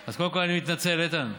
אז קודם כול אני מתנצל, איתן.